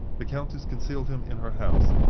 the countess concealed him in her house,